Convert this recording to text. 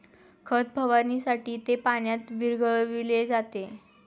खत फवारणीसाठी ते पाण्यात विरघळविले जाते